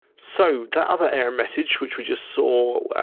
so the other error message which we just saw,